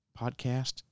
podcast